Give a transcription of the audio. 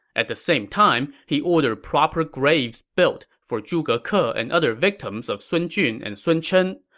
at the same time, he ordered proper graves built for zhuge ke ah and other victims of sun jun and sun chen.